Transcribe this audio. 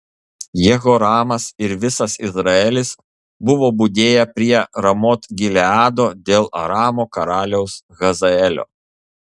jehoramas ir visas izraelis buvo budėję prie ramot gileado dėl aramo karaliaus hazaelio